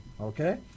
Okay